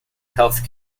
health